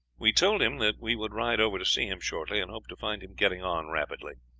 we told him that we would ride over to see him shortly, and hoped to find him getting on rapidly.